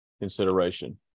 consideration